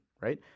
right